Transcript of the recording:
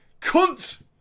cunt